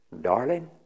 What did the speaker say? Darling